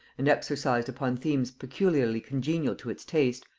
and exercised upon themes peculiarly congenial to its taste,